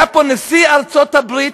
היה פה נשיא ארצות הברית,